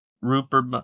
Rupert